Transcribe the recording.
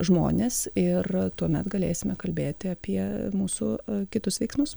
žmones ir tuomet galėsime kalbėti apie mūsų kitus veiksmus